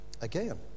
again